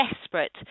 desperate